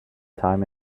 time